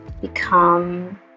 become